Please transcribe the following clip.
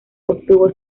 obtuvo